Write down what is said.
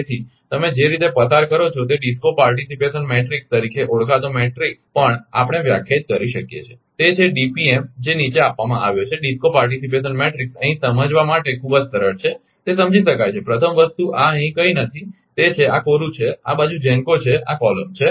તેથી તમે જે રીતે કરો છો તે ડિસ્કો પાર્ટીસીપેશન મેટ્રિક્સ તરીકે ઓળખાતો મેટ્રિક્સ પણ આપણે વ્યાખ્યાયિત કરી શકીએ છીએ તે છે DPM જે નીચે આપવામાં આવ્યો છે ડિસ્કો પાર્ટીસીપેશન મેટ્રિક્સ અહીં સમજવા માટે ખૂબ જ સરળ છે તે સમજી શકાય છે પ્રથમ વસ્તુ આ અહીં કંઈ નથી તે છે આ કોરું છે આ બાજુ GENCO છે આ કોલમ છે